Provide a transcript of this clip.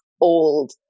old